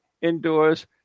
indoors